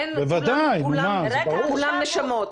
אין 'אצלנו כולם נשמות',